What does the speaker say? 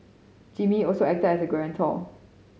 Jimmy also acted as guarantor